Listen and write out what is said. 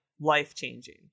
life-changing